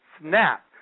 snap